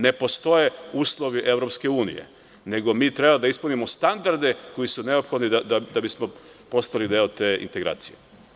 Ne postoje uslovi EU nego mitrebamo da ispunimo standarde koji su neophodni da bismo postali deo te integracije.